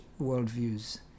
worldviews